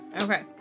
Okay